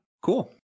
cool